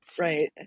Right